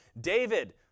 David